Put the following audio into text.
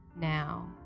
Now